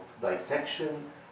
dissection